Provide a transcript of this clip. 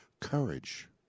Courage